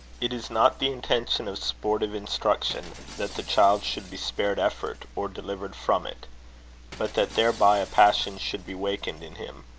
it is not the intention of sportive instruction that the child should be spared effort, or delivered from it but that thereby a passion should be wakened in him,